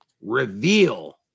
reveal